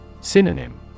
Synonym